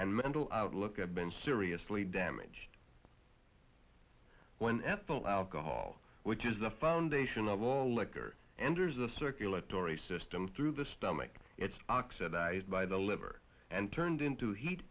and mental outlook i've been seriously damaged when ethyl alcohol which is the foundation of all liquor anders a circulatory system through the stomach it's oxidized by the liver and turned into heat